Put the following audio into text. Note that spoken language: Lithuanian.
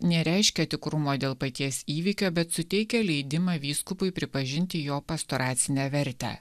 nereiškia tikrumo dėl paties įvykio bet suteikia leidimą vyskupui pripažinti jo pastoracinę vertę